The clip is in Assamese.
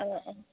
অঁ অঁ